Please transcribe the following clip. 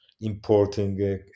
importing